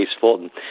Fulton